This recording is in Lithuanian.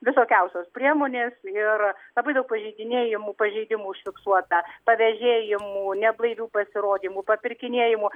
visokiausios priemonės ir labai daug pažeidinėjamų pažeidimų užfiksuota pavėžėjimų neblaivių pasirodymų papirkinėjimų